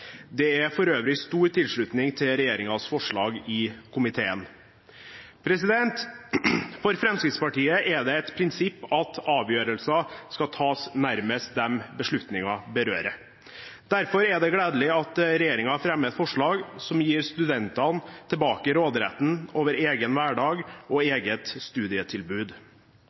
Det er for øvrig stor tilslutning til regjeringens forslag i komiteen. For Fremskrittspartiet er det et prinsipp at avgjørelser skal tas nærmest dem beslutningen berører. Derfor er det gledelig at regjeringen fremmer et forslag som gir studentene tilbake råderetten over egen hverdag og